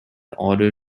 order